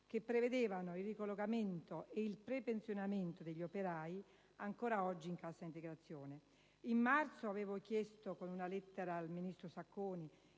che prevedevano il ricollocamento e il prepensionamento degli operai, ancora oggi in cassa integrazione. In marzo avevo chiesto al ministro Sacconi